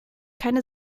keine